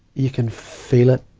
you can feel it.